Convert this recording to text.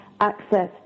access